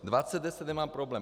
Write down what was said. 20 10 nemám problém.